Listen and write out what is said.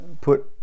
put